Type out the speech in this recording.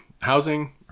housing